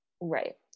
Right